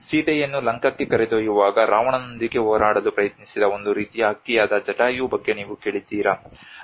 ಸೀತೆಯನ್ನು ಲಂಕಾಕ್ಕೆ ಕರೆದೊಯ್ಯುವಾಗ ರಾವಣನೊಂದಿಗೆ ಹೋರಾಡಲು ಪ್ರಯತ್ನಿಸಿದ ಒಂದು ರೀತಿಯ ಹಕ್ಕಿಯಾದ ಜಟಾಯು ಬಗ್ಗೆ ನೀವು ಕೇಳಿದ್ದೀರಾ